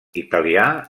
italià